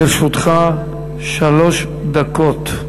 לרשותך שלוש דקות.